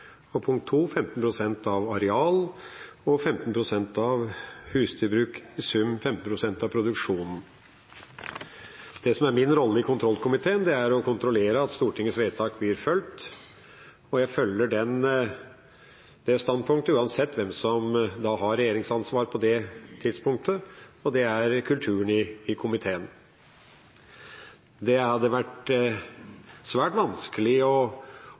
og, punkt 2, 15 pst. av areal og 15 pst. av husdyrbruk, i sum 15 pst. av produksjonen. Det som er min rolle i kontrollkomiteen, er å kontrollere at Stortingets vedtak blir fulgt, og jeg følger det standpunktet uansett hvem som har regjeringsansvar på det tidspunktet, og det er kulturen i komiteen. Det hadde vært svært vanskelig å